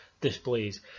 displays